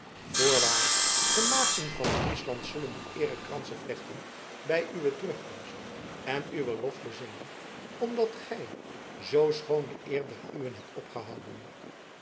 voorwaar de maagden van friesland zullen u eerekransen vlechten bij uwe terugkomst en uwen lof bezingen omdat gij zoo schoon de eer der uwen hebt opgehouden